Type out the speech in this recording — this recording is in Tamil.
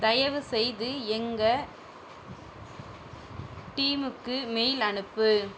தயவுசெய்து எங்கள் டீமுக்கு மெயில் அனுப்பு